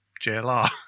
JLR